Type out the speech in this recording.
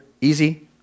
easy